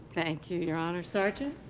thank you, your honor. sergeant?